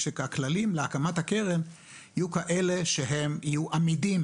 שהכללים להקמת הקרן יהיו כאלה שיהיו עמידים